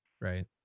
Right